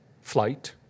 flight